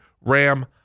Ram